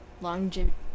longevity